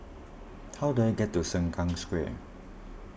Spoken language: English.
how do I get to Sengkang Square